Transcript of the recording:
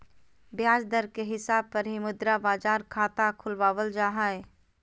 ब्याज दर के हिसाब पर ही मुद्रा बाजार खाता खुलवावल जा हय